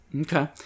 Okay